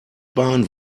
bahn